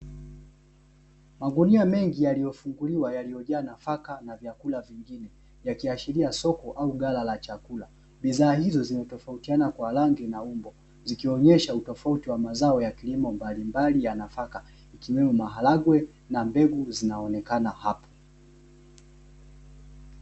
Magunia mengi yaliyofunguliwa yaliyojaa nafaka na vyakula vingine yakiashiria soko au ghala la chakula, bidhaa hizo zimetofautiana kwa rangi na umbo zikionyesha utofauti wa mazao ya kilimo mbalimbali ya nafaka ikiwemo maharage na mbegu zinaonekana hapo.